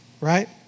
right